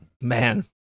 Man